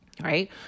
Right